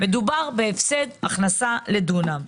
פירושה הפסד הכנסה לדונם.